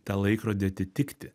tą laikrodį atitikti